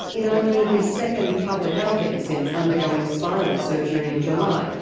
in only his second public outing since undergoing spinal surgery in july,